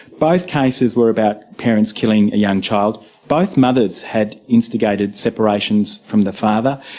both cases were about parents killing a young child both mothers had instigated separations from the father.